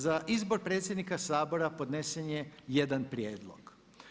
Za izbor predsjednika Sabora podnesen je jedan prijedlog.